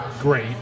great